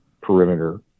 perimeter